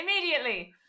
immediately